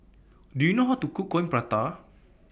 Do YOU know How to Cook Coin Prata